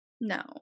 no